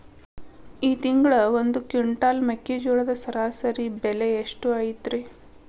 ಈ ತಿಂಗಳ ಒಂದು ಕ್ವಿಂಟಾಲ್ ಮೆಕ್ಕೆಜೋಳದ ಸರಾಸರಿ ಬೆಲೆ ಎಷ್ಟು ಐತರೇ?